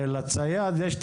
הרי לצייד יש את